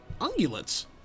Ungulates